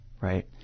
right